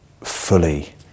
fully